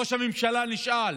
ראש הממשלה נשאל